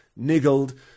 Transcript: niggled